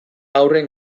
haurren